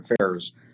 Affairs